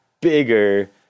bigger